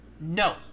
No